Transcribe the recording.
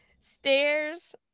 Stairs